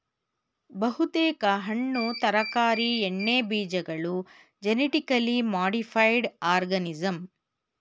ಬಹುತೇಕ ಹಣ್ಣು ತರಕಾರಿ ಎಣ್ಣೆಬೀಜಗಳು ಜೆನಿಟಿಕಲಿ ಮಾಡಿಫೈಡ್ ಆರ್ಗನಿಸಂ